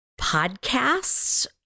podcasts